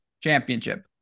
Championship